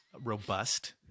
robust